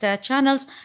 channels